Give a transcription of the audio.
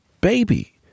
baby